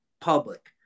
public